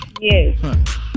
Yes